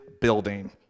building